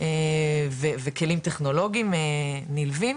וכלים טכנולוגיים נלווים